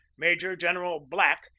major-general black,